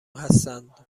هستند